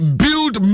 build